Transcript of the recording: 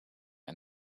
and